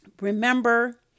remember